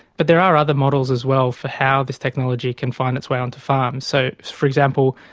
but there are other models as well for how this technology can find its way onto farms. so, for example,